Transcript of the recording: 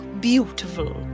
beautiful